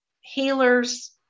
healers